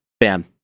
Bam